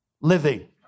living